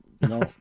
No